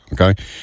okay